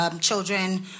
children